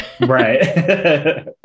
right